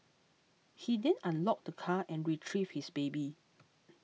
he then unlocked the car and retrieved his baby